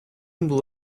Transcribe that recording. було